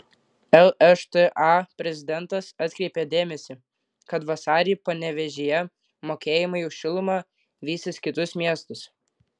lšta prezidentas atkreipė dėmesį kad vasarį panevėžyje mokėjimai už šilumą vysis kitus miestus